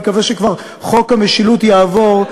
אני מקווה שחוק המשילות כבר יעבור,